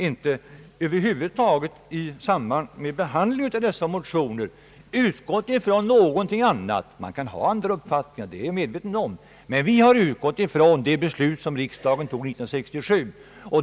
I samband med behandlingen av dessa motioner har vi — man kan ha andra uppfattningar, det är jag medveten om — utgått från det beslut som riksdagen fattade 1967.